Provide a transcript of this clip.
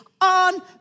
on